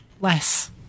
less